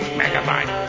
megabyte